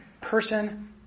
person